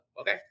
okay